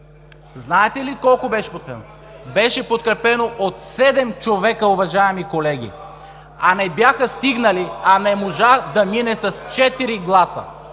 Знаете ли от колко беше подкрепено? Беше подкрепено от 7 човека, уважаеми колеги, а не бяха стигнали и не можа да мине с 4 гласа.